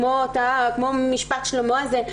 כמו משפט שלמה הזה,